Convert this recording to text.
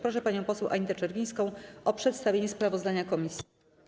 Proszę panią poseł Anitę Czerwińską o przedstawienie sprawozdania komisji.